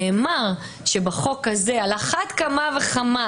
נאמר שבחוק הזה על אחת כמה וכמה,